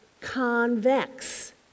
convex